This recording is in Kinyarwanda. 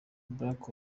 black